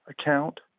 account